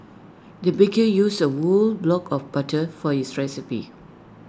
the baker used A whole block of butter for this recipe